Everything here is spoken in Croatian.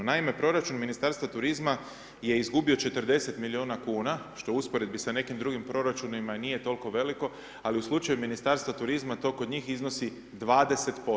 Naime, proračun Ministarstva turizma je izgubio 40 milijuna kuna što u usporedbi sa nekim drugim proračunima i nije toliko veliko, ali u slučaju Ministarstva turizma to kod njih iznosi 20%